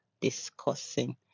discussing